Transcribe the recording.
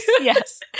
yes